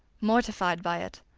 mortified by it.